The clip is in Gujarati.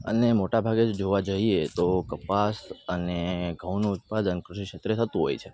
અને મોટા ભાગે જોવા જઈએ તો કપાસ અને ઘઉનું ઉત્પાદન કૃષિક્ષેત્રે થતું હોય છે